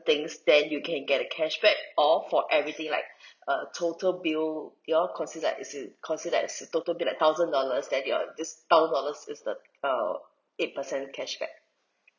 things then you can get a cashback or for everything like a total bill you all consider as in consider as total bill like thousand dollars then your this thousand dollars is the err eight percent cashback